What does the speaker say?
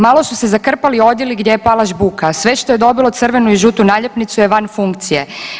Malo su se zakrpali odjeli gdje je pala žbuka, sve što je dobilo crvenu i žutu naljepnicu je van funkcije.